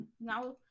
now